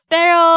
Pero